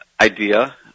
idea